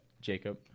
Jacob